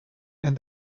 and